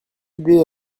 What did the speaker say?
idée